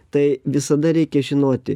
tai visada reikia žinoti